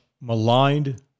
maligned